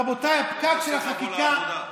רבותיי, הפקק של החקיקה, לבוא לעבודה.